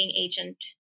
agent